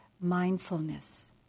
Mindfulness